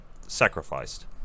sacrificed